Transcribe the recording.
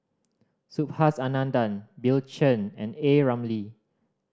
Subhas Anandan Bill Chen and A Ramli